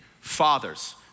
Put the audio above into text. fathers